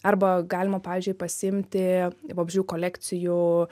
arba galima pavyzdžiui pasiimti vabzdžių kolekcijų